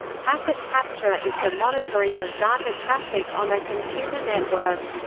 packet capture is the monitoring of data traffic on a computer network.